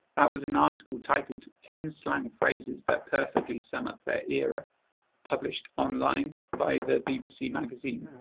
that was an article titled ten slang phrases that perfectly sum up their era published online by the bbc magazine.